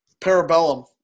parabellum